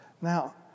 now